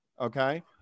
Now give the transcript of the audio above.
okay